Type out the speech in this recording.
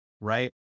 right